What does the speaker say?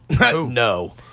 No